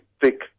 thick